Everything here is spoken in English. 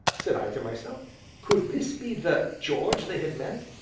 said i to myself could this be the george they had meant?